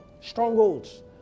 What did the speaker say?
Strongholds